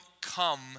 come